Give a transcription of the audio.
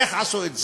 איך עשו את זה?